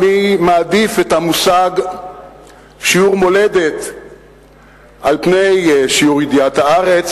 אני מעדיף את המושג שיעור מולדת על פני שיעור ידיעת הארץ,